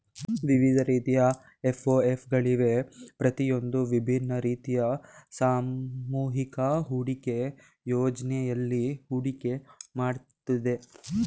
ವಿವಿಧ ರೀತಿಯ ಎಫ್.ಒ.ಎಫ್ ಗಳಿವೆ ಪ್ರತಿಯೊಂದೂ ವಿಭಿನ್ನ ರೀತಿಯ ಸಾಮೂಹಿಕ ಹೂಡಿಕೆ ಯೋಜ್ನೆಯಲ್ಲಿ ಹೂಡಿಕೆ ಮಾಡುತ್ತೆ